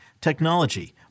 technology